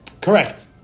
Correct